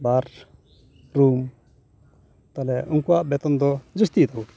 ᱵᱟᱨ room ᱛᱟᱦᱚᱞᱮ ᱩᱱᱠᱚᱣᱟᱜ ᱵᱮᱛᱚᱱ ᱫᱚ ᱡᱟᱹᱥᱛᱤ ᱜᱤᱛᱟ ᱠᱩᱣᱟ